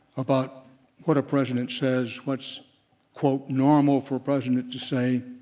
about what a president says, what's quote normal for a president to say,